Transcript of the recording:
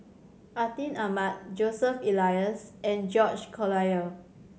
Atin Amat Joseph Elias and George Collyer